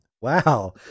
wow